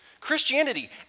Christianity